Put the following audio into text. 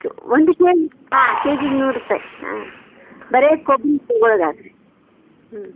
ಒಂದು ಕೆಜಿ ಹಾಂ ಕೆಜಿಗೆ ನೂರು ರೂಪಾಯಿ ಹಾಂ ಬರೇ ಕೊಬ್ಬರಿ ತಗೊಳೊದಾದರೆ ಹ್ಞೂ